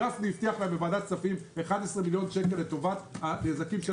גפני הבטיח להם בוועדת כספים 11 מיליון שקל לטובת הנזקים.